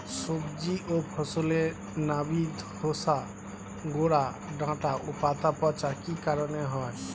সবজি ও ফসলে নাবি ধসা গোরা ডাঁটা ও পাতা পচা কি কারণে হয়?